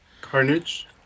Carnage